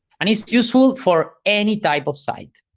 and it's useful for any type of site.